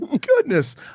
goodness